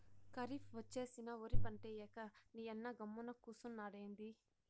కరీఫ్ ఒచ్చేసినా ఒరి పంటేయ్యక నీయన్న గమ్మున కూసున్నాడెంది